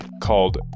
called